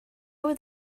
would